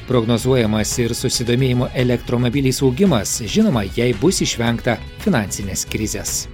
prognozuojamas ir susidomėjimo elektromobiliais augimas žinoma jei bus išvengta finansinės krizės